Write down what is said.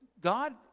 God